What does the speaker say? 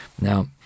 Now